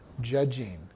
judging